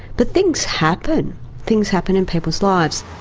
but things happen things happen in people's lives.